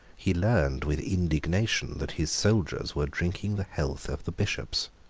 he learned with indignation that his soldiers were drinking the health of the bishops.